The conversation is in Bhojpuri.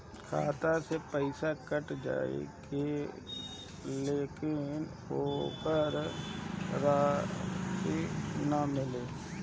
खाता से पइसा कट गेलऽ लेकिन ओकर रशिद न मिलल?